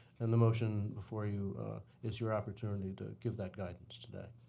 and the motion before you is your opportunity to give that guidance today.